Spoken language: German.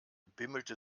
bimmelte